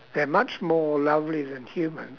they're much more lovely than humans